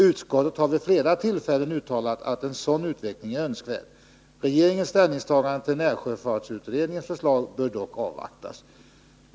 Utskottet har vid flera tillfällen uttalat att en sådan utveckling är önskvärd. Regeringens ställningstagande till närsjöfartsutredningens förslag bör dock avvaktas.